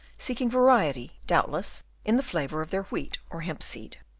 seeking variety, doubtless, in the flavour of their wheat or hempseed.